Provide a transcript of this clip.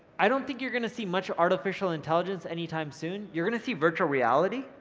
i don't think you're gonna see much artificial intelligence anytime soon, you're gonna see virtual reality.